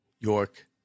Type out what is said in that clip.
York